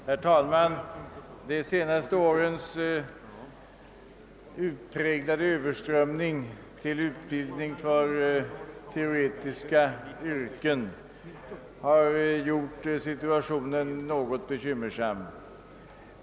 Herr talman! De senaste årens utpräglade överströmning till utbildning för teoretiska yrken har gjort situationen något bekymmersam.